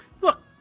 Look